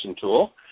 tool